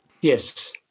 Yes